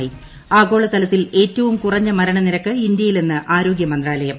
ന് ആഗോള തലത്തിൽ ഏറ്റവും കുറഞ്ഞ മരണനിരക്ക് ഇന്ത്യയിലെന്ന് ആരോഗൃ മന്ത്രാലയം